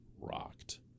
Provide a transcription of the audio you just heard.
rocked